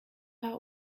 pas